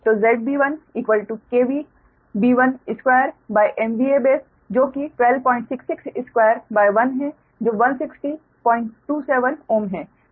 तो ZB1B12 base जो कि 126621 है जो 16027Ω है